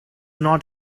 not